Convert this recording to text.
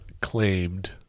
claimed